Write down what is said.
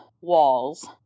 walls